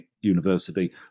university